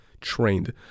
trained